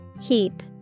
Heap